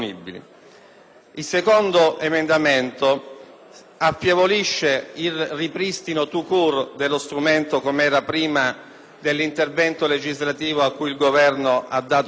affievolisce il ripristino *tout court* dello strumento com'era prima dell'intervento legislativo cui il Governo ha dato seguito con il decreto-legge n.